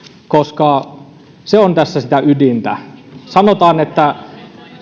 koska se on tässä sitä ydintä sanotaan että